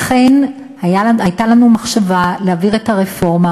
אכן הייתה לנו מחשבה להעביר את הרפורמה,